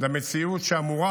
למציאות שאמורה